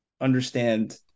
understand